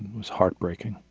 was heartbreaking.